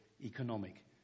economic